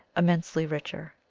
immensely richer.